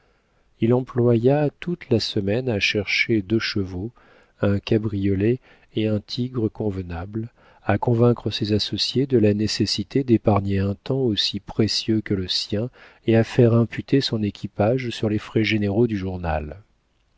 il employa toute la semaine à chercher deux chevaux un cabriolet et un tigre convenables à convaincre ses associés de la nécessité d'épargner un temps aussi précieux que le sien et à faire imputer son équipage sur les frais généraux du journal